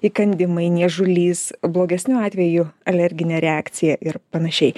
įkandimai niežulys blogesniu atveju alerginė reakcija ir panašiai